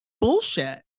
bullshit